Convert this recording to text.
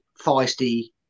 feisty